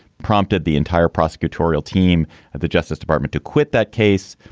prompted the entire prosecutorial team at the justice department to quit that case,